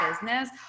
business